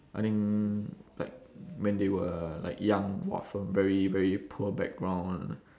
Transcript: I think like when they were like young !wah! from very very poor background